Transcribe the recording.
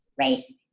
race